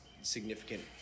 significant